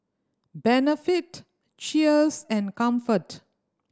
Benefit Cheers and Comfort